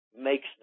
makes